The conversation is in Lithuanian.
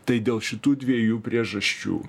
tai dėl šitų dviejų priežasčių